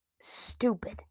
stupid